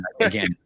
again